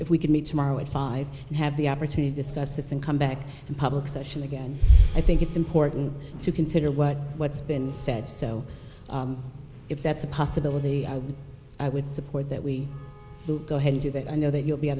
if we could meet tomorrow at five and have the opportunity this crisis and come back in public session again i think it's important to consider what what's been said so if that's a possibility i would i would support that we would go ahead and do that i know that you'll be out